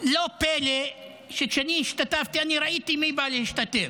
לא פלא שכשאני השתתפתי אני ראיתי מי בא להשתתף,